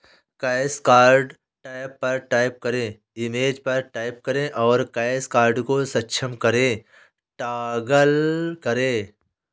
cash card tab पर tap करें, image पर टैप करें और कैश कार्ड को सक्षम करें टॉगल करें